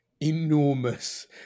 enormous